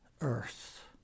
earth